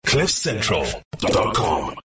cliffcentral.com